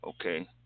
Okay